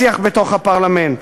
בשיח בתוך הפרלמנט.